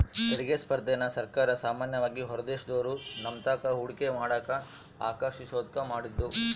ತೆರಿಗೆ ಸ್ಪರ್ಧೆನ ಸರ್ಕಾರ ಸಾಮಾನ್ಯವಾಗಿ ಹೊರದೇಶದೋರು ನಮ್ತಾಕ ಹೂಡಿಕೆ ಮಾಡಕ ಆಕರ್ಷಿಸೋದ್ಕ ಮಾಡಿದ್ದು